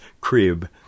crib